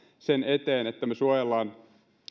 sen eteen että me suojelemme